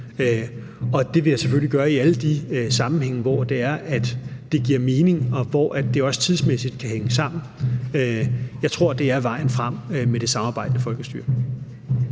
det vil jeg selvfølgelig gøre i alle de sammenhænge, hvor det giver mening, og hvor det også tidsmæssigt kan hænge sammen. Jeg tror, at det samarbejdende folkestyre